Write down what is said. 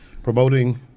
Promoting